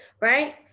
right